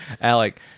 Alec